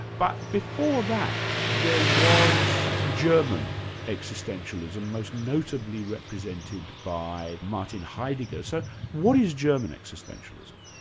but before that, there was german existentialism, most notably represented by martin heidegger. so what is german existentialism?